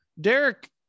Derek